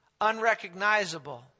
Unrecognizable